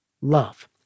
love